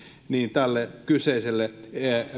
tälle kyseiselle